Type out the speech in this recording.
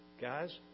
guys